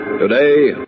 Today